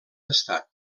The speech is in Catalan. estat